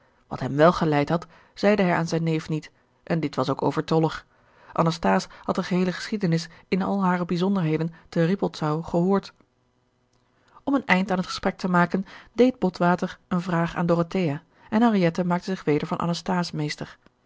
wat hem wel geleid had zeide hij aan zijn neef niet en dit was ook overtollig anasthase had de geheele geschiedenis in al hare bijzonderheden te rippoldsau gehoord om een eind aan het gesprek te maken deed botwater eene vraag aan dorothea en henriette maakte zich weder van anasthase